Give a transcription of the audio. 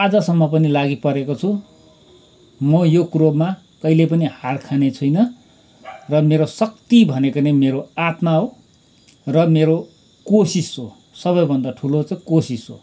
आजसम्म पनि लागि परेको छु म यो कुरोमा कहिले पनि हार खाने छुइनँ र मेरो शक्ति भनेको नै मेरो आत्मा हो र मेरो कोसिस हो सबैभन्दा ठुलो चाहिँ कोसिस हो